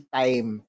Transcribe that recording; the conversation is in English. time